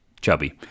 chubby